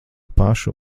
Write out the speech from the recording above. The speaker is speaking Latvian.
pašu